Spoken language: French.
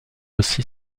aussi